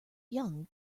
young